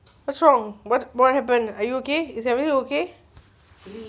what's wrong what what happened are you okay is everything okay